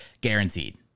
guaranteed